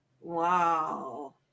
Wow